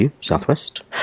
Southwest